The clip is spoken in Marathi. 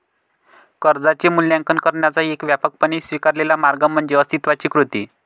कर्जाचे मूल्यांकन करण्याचा एक व्यापकपणे स्वीकारलेला मार्ग म्हणजे अस्तित्वाची कृती